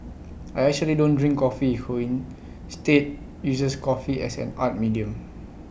I actually don't drink coffee who instead uses coffee as an art medium